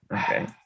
Okay